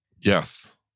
Yes